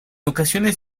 ocasiones